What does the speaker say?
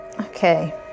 Okay